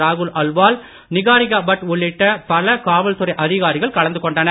ராகுல் அல்வால் நிகாரிகா பட் உள்ளிட்ட பல காவல்துறை அதிகாரிகள் கலந்து கொண்டனர்